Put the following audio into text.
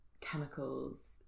chemicals